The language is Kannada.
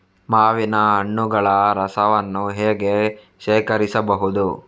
ಮಾವಿನ ಹಣ್ಣುಗಳ ರಸವನ್ನು ಹೇಗೆ ಶೇಖರಿಸಬಹುದು?